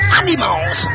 animals